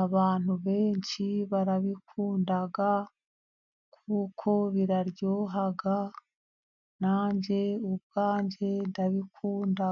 abantu benshi barabikunda, kuko biraryoha, nanjye ubwanjye ndabikunda.